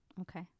okay